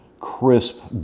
crisp